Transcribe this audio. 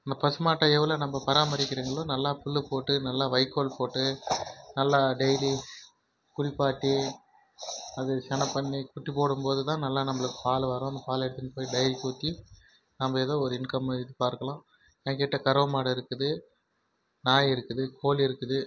அந்த பசு மாட்டை எவ்வளோ நம்ப பராமரிக்கிறிங்களோ நல்லா புல் போட்டு நல்லா வைக்கோல் போட்டு நல்லா டெய்லி குளிப்பாட்டி அது செனை பண்ணி குட்டி போடும்போது தான் நல்லா நம்பளுக்கு பால் வரும் அந்த பாலை எடுத்துன்னு போய் டயரிக்கு ஊற்றி நம்ப ஏதோ ஒரு இன்கம்மை எதிர்பார்க்கலாம் என்கிட்ட கறவை மாடு இருக்குது நாய் இருக்குது கோழி இருக்குது